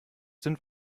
sind